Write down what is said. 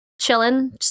chilling